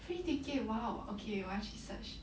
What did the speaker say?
free ticket !wow! okay 我要去 search